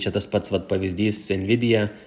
čia tas pats vat pavyzdys envidija